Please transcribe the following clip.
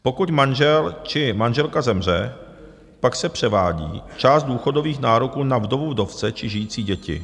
Pokud manžel či manželka zemře, pak se převádí část důchodových nároků na vdovu, vdovce či žijící děti.